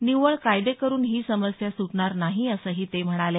निव्वळ कायदे करुन ही समस्या सुटणार नाही असंही ते म्हणाले